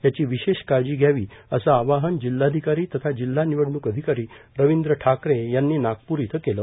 याची विशेष काळजी घ्यावी असं आवाहन जिल्हाधिकारी तथा जिल्हा निवडण्क अधिकारी रविंद्र ठाकरे यांनी नागपूर इथं केलं